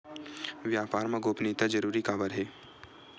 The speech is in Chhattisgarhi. व्यापार मा गोपनीयता जरूरी काबर हे?